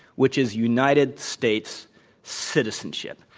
which is united states citizenship.